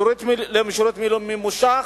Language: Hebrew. שירות מילואים ממושך,